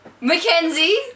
Mackenzie